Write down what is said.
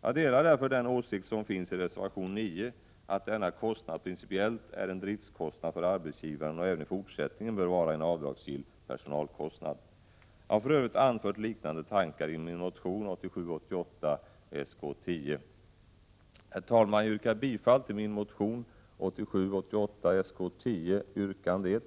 Jag delar därför den åsikt som finns i reservation 9, att denna kostnad principiellt är en driftskostnad för arbetsgivaren och även i fortsättningen bör vara en avdragsgill personalkostnad. Jag har för övrigt anfört liknande tankar i min motion 1987 88:Sk10, yrkande 1.